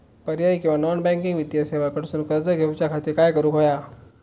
पर्यायी किंवा non banking वित्तीय सेवा कडसून कर्ज घेऊच्या खाती काय करुक होया?